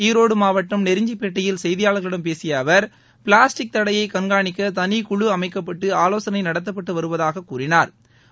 ஈரோடு மாவட்டம் நெருஞ்சிப்பேட்டையில் செய்தியாளர்களிடம் பேசிய அவர் பிளாஸ்டிக் தடையை கண்காணிக்க தனி குழு அமைக்கப்பட்டு ஆலோசனை நடத்தப்பட்டு வருவதாகக் கூறினாா்